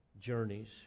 journeys